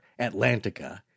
Atlantica